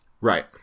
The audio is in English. Right